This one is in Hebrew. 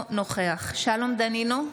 אינו נוכח שלום דנינו,